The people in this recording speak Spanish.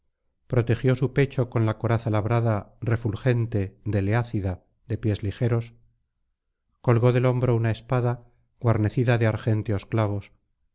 protegió su pecho con la coraza labrada refulgente deleácida de pies ligeros colgó del hombro una espada guarnecida de argénteos